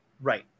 Right